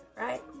right